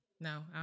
no